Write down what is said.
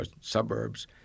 suburbs